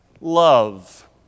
love